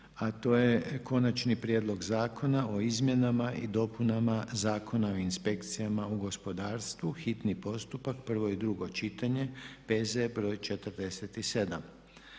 redu Konačni prijedlog zakona o izmjenama i dopunama Zakona o inspekcijama u gospodarstvu, hitni postupak, prvo i drugo čitanje, P.Z. br. 47.